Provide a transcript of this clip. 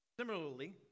Similarly